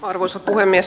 arvoisa puhemies